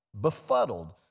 befuddled